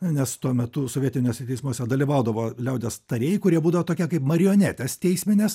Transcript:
nes tuo metu sovietiniuose teismuose dalyvaudavo liaudies tarėjai kurie būdavo tokie kaip marionetės teisminės